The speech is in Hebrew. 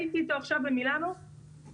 הייתי אתו עכשיו במילאנו בזארה,